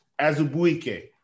Azubuike